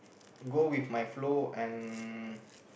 go with my flow and